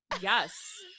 Yes